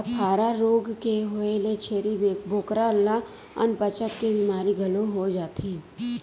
अफारा रोग के होए ले छेरी बोकरा ल अनपचक के बेमारी घलो हो जाथे